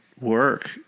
work